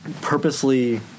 purposely